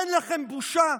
אין לכם בושה?